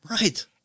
right